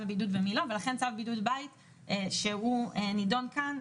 בבידוד ומי לא ולכן צו בידוד בית שהוא נדון כאן,